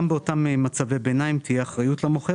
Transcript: גם באותם מצבי ביניים תהיה אחריות למוכר